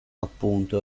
appunto